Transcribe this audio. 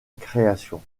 création